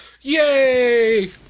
Yay